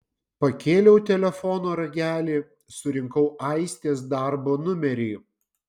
pakėliau telefono ragelį surinkau aistės darbo numerį